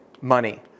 money